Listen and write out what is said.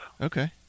Okay